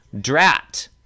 drat